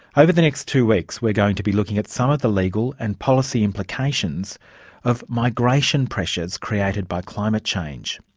over the next two weeks we're going to be looking at some of the legal and policy implications of migration pressures created by climate change.